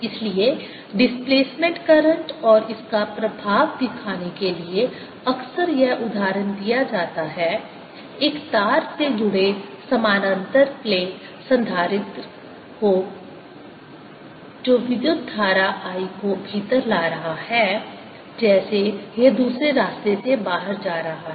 इसलिए displacement current और इसका प्रभाव दिखाने के लिए अक्सर यह उदाहरण दिया जाता है एक तार से जुड़े समानांतर प्लेट संधारित्र को ले जो विद्युत धारा I को भीतर ला रहा है जैसे यह दूसरे रास्ते से बाहर जा रहा है